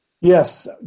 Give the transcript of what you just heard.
Yes